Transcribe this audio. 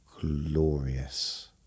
glorious